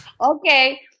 okay